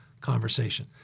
conversation